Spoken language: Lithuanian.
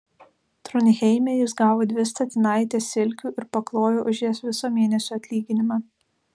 tronheime jis gavo dvi statinaites silkių ir paklojo už jas viso mėnesio atlyginimą